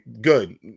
Good